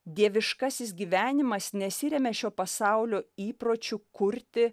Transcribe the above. dieviškasis gyvenimas nesiremia šio pasaulio įpročiu kurti